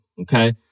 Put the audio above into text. Okay